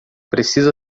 precisa